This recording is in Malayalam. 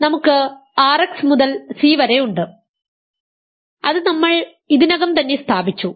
അതിനാൽ നമുക്ക് R x മുതൽ C വരെ ഉണ്ട് അത് നമ്മൾ ഇതിനകം തന്നെ സ്ഥാപിച്ചു